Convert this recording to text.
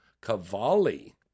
Cavalli